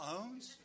owns